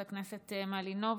תודה רבה לך, חברת הכנסת מלינובסקי.